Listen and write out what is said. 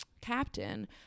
captain